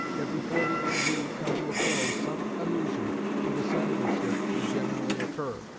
yet before the interview would come to a close some allusion to the senatorship would generally occur,